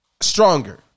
Stronger